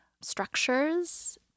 structures